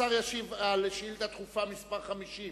השר ישיב על שאילתא דחופה מס' 50,